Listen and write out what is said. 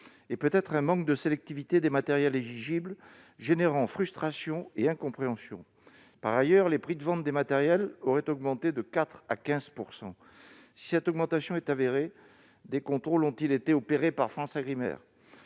-et peut-être aussi un manque de sélectivité des matériels éligibles, suscitant frustrations et incompréhensions. Par ailleurs, les prix de vente des matériels auraient augmenté de 4 % à 15 %. Si cette augmentation est avérée, des contrôles ont-ils été opérés par FranceAgriMer ?